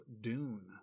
dune